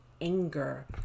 anger